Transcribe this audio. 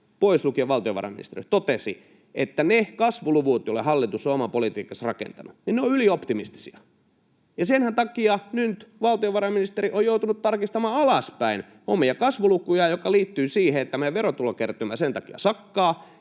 pois lukien valtiovarainministeriö, totesi, että ne kasvuluvut, joille hallitus on oman politiikkansa rakentanut, ovat ylioptimistisia. Senhän takia nyt valtiovarainministeriö on joutunut tarkistamaan alaspäin omia kasvulukujaan, mikä liittyy siihen, että meidän verotulokertymä sen takia sakkaa.